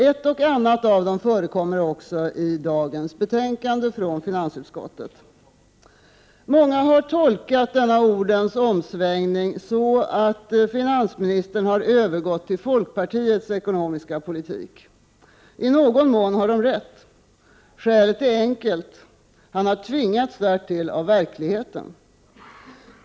Ett och annat av dem förekommer också i dagens betänkande från finansutskottet. Många har tolkat denna ordens omsvängning så att finansministern har övergått till folkpartiets ekonomiska politik. I någon mån har de rätt. Skälet är enkelt — han har tvingats därtill av verkligheten.